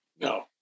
No